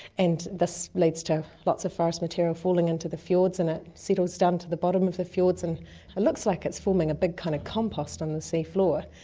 and this leads to lots of forest material falling into the fiords and it settles down to the bottom of the fiords. and it looks like it's forming a big kind of compost on the sea floor,